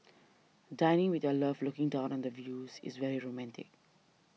dining with your love looking down on the views is very romantic